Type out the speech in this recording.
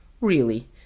Really